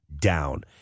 down